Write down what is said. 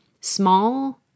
Small